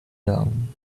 down